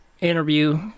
interview